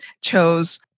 chose